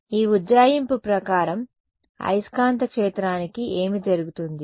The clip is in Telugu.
ఈ ఉజ్జాయింపు ప్రకారం అయస్కాంత క్షేత్రానికి ఏమి జరుగుతుంది